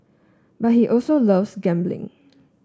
but he also loves gambling